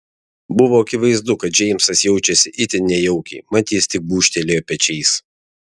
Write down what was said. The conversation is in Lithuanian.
buvo akivaizdu kad džeimsas jaučiasi itin nejaukiai mat jis tik gūžtelėjo pečiais